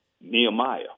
Nehemiah